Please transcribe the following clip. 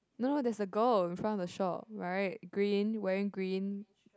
no no there's a girl in front of the shop right green wearing green